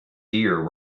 deer